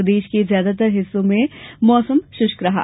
प्रदेश के ज्यादातर जिलों में मौसम शुष्क रहा